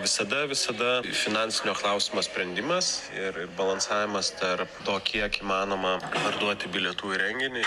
visada visada finansinio klausimo sprendimas ir ir balansavimas tarp to kiek įmanoma parduoti bilietų į renginį